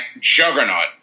juggernaut